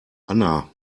anna